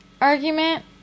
argument